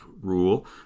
rule